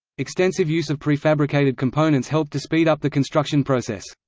extensive use of prefabricated components helped to speed up the construction process.